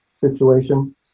situation